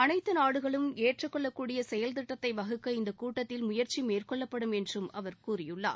அனைத்து நாடுகளும் ஏற்றுக்கொள்ளக்கூடிய செயல் திட்டத்தை வகுக்க இந்த கூட்டத்தில் முயற்சி மேற்கொள்ளப்படும் என்றும் அவர் கூறியுள்ளார்